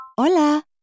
Hola